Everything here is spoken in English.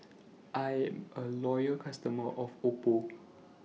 I'm A Loyal customer of Oppo